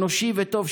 אנושי וטוב,